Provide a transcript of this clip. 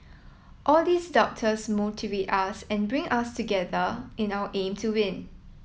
all these doubters motivate us and bring us together in our aim to win